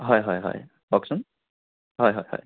হয় হয় হয় কওঁকচোন হয় হয় হয়